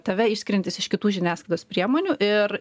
tave išskiriantis iš kitų žiniasklaidos priemonių ir